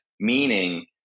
meaning